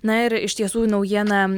na ir iš tiesų į naujieną